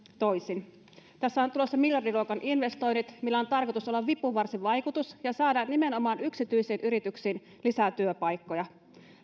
toisin tässä on tulossa miljardiluokan investoinnit millä on tarkoitus olla vipuvarsivaikutus ja saada nimenomaan yksityisiin yrityksiin lisää työpaikkoja